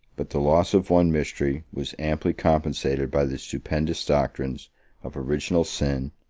but the loss of one mystery was amply compensated by the stupendous doctrines of original sin,